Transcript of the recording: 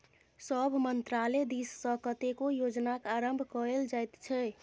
सभ मन्त्रालय दिससँ कतेको योजनाक आरम्भ कएल जाइत छै